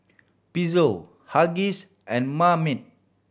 Pezzo Huggies and Marmite